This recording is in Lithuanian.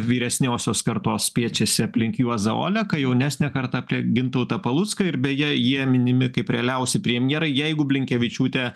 vyresniosios kartos spiečiasi aplink juozą oleką jaunesnė kartą apie gintautą palucką ir beje jie minimi kaip realiausi premjerai jeigu blinkevičiūtė